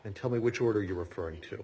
and tell me which one are you referring to